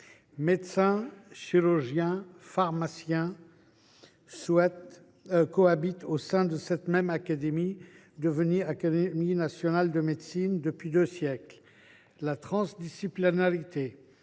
Médecins, chirurgiens, pharmaciens, cohabitent au sein de cette académie, devenue Académie nationale de médecine, depuis deux siècles. La transdisciplinarité